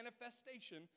manifestation